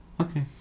Okay